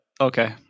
Okay